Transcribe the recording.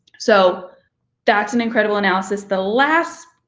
so that's an incredible analysis. the last.